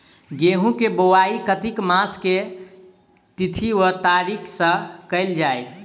गेंहूँ केँ बोवाई कातिक मास केँ के तिथि वा तारीक सँ कैल जाए?